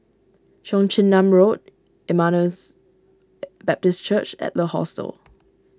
Cheong Chin Nam Road Emmaus Baptist Church Adler Hostel